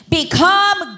become